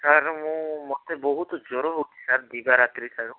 sir ମୁଁ ମୋତେ ବହୁତ ଜ୍ୱର ହେଉଛି ସାର୍ ଦିବା ରାତ୍ରିଠାରୁ